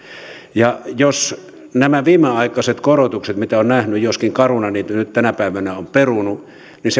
nämä viimeaikaiset korotukset mitä olen nähnyt joskin caruna niitä nyt tänä päivänä on perunut